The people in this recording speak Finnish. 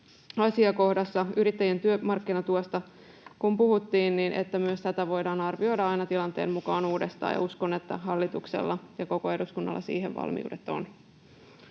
asiakohdassa yrittäjien työmarkkinatuesta puhuttaessa, että myös tätä voidaan arvioida aina tilanteen mukaan uudestaan. Uskon, että hallituksella ja koko eduskunnalla siihen valmiudet ovat.